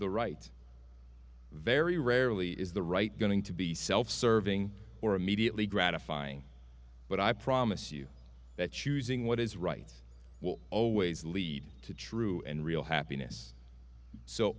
the right very rarely is the right going to be self serving or immediately gratifying but i promise you that choosing what is right will always lead to true and real happiness so